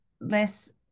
Less